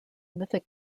mythic